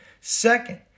Second